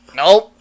nope